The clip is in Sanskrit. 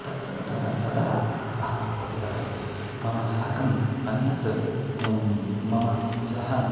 तत् तदा तदा अहं पतितवान् मम साकम् अन्यत् मम सह